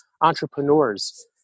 entrepreneurs